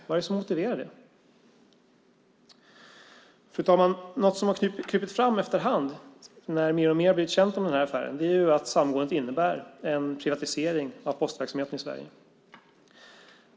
Vad är det som motiverar det? Fru talman! Något som har krupit fram efter hand, när mer och mer blivit känt om affären, är att samgåendet innebär en privatisering av postverksamheten i Sverige.